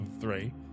three